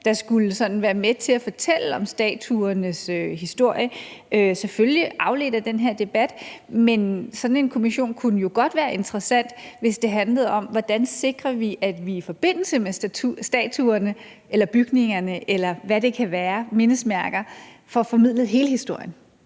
sådan skulle være med til at fortælle om statuernes historie, selvfølgelig afledt af den her debat. Men sådan en kommission kunne jo godt være interessant, hvis det handlede om, hvordan vi sikrer, at vi i forbindelse med statuerne eller bygningerne, eller hvad det kan være – mindesmærker – får formidlet hele historien.